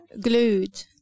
glued